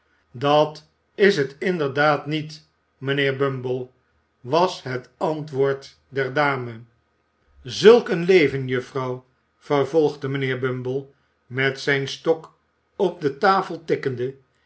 dat is het inderdaad niet mijnheer bumble was het antwoord der dame zulk een leven juffrouw vervolgde mijnheer bumble met zijn stok op de tafel tikkende